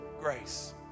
grace